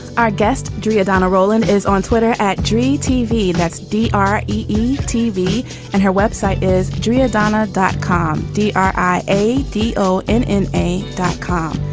our guest drea donna roland is on twitter at dream tv. that's d r e tv and her web site is katrina donna. dot com d are i a d o and and a dot com.